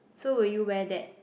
so will you wear that